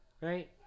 right